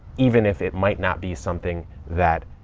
even if it might not be something that,